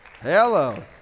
Hello